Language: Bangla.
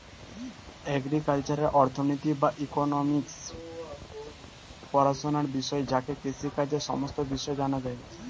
এগ্রিকালচারাল অর্থনীতি বা ইকোনোমিক্স পড়াশোনার বিষয় যাতে কৃষিকাজের সমস্ত বিষয় জানা যায়